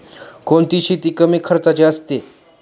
कोणती शेती कमी खर्चाची असते?